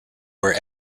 were